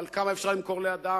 על כמה אפשר למכור לאדם,